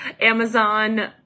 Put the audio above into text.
Amazon